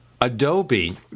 Adobe